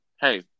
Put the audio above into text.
hey